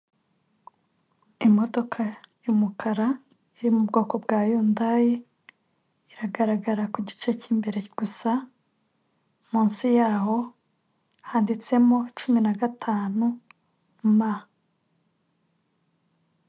Imodoka y' umukara iri mu bwoko bwa yundayi iragaragara ku gice cyi imbere gusa munsi yaho handitsemo cumi na gatanu m .